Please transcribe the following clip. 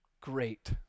Great